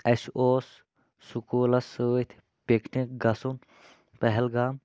اسہِ اوس سکوٗلس سۭتۍ پِکنِک گژھُن پہلگام